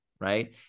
right